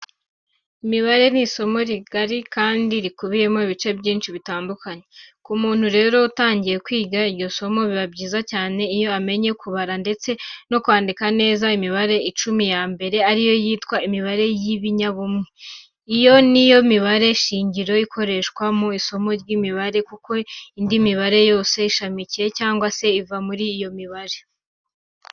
Imibare ni isomo rigari kandi rikubiyemo ibice byinshi bitandukanye. Ku muntu rero utangiye kwiga iryo somo, biba byiza cyane iyo amenye kubara ndetse no kwandika neza imibare icumi ya mbere ari yo twita imibare y'ibinyabumwe. Iyo niyo mibare shingiro ikoreshwa mu isomo ry'imibare kuko indi mibare yose ishamikiye cyangwa se iva muri yo icumi.